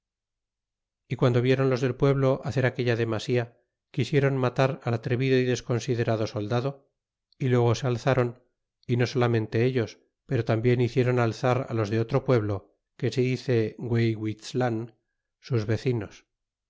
y guando viéron los del pueblo hacer aquella demasía quisiéron matar al atrevido y desconsiderado soldado y luego se alzron y no solamente ellos pero tambien hiciéron alzar los de otro pueblo que se dice gueyhuiztlan sus vecinos